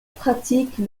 pratique